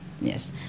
Yes